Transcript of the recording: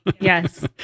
Yes